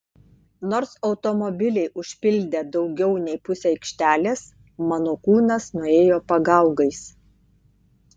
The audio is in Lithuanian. nors automobiliai užpildė daugiau nei pusę aikštelės mano kūnas nuėjo pagaugais